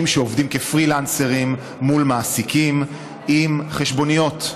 שעובדים כפרילנסרים מול מעסיקים עם חשבוניות.